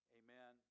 amen